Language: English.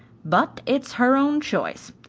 but it's her own choice.